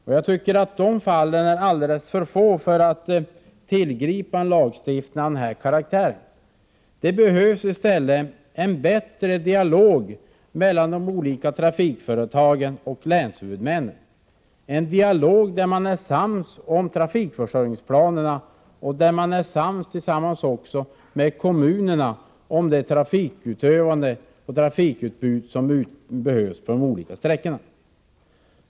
Men dessa exempel är alldeles för få för att de skall föranleda en lagstiftning av den aktuella karaktären. I stället behövs det en bättre dialog mellan de olika trafikföretagen och länshuvudmännen — en dialog där man är överens om trafikförsörjningsplanerna och där man är överens med kommunerna om det trafikutövande och det trafikutbud som behövs på de olika sträckorna.